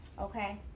Okay